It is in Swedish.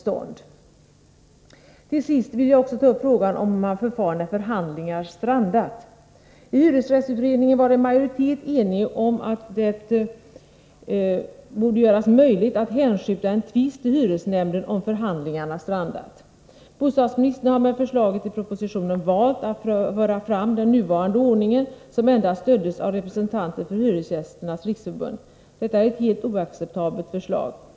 Till sist vill jag också ta upp frågan om hur man förfar när förhandlingar strandat. I hyresrättsutredningen var en majoritet enig om att det borde bli möjligt att hänskjuta en tvist till hyresnämnden om förhandlingarna strandat. Bostadsministern har valt att i propositionen föra fram förslaget om ett bibehållande av nuvarande ordning, som stöddes endast av representanten för Hyresgästernas riksförbund. Det är ett helt oacceptabelt förslag.